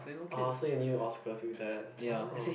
orh so you knew Oscar through that orh